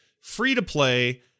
free-to-play